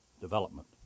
development